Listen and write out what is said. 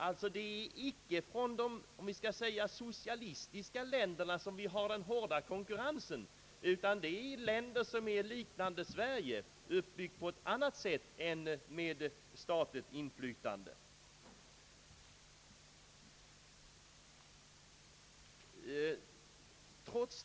Det är alltså icke från de socialistiska länderna — om vi skall kalla dem så — som vi har den hårda konkurrensen, utan det är från länder som liknar Sverige, uppbyggda på annat sätt än med statligt inflytande.